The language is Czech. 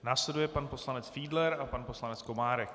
Následuje pan poslanec Fiedler a pan poslanec Komárek.